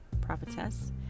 Prophetess